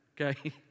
Okay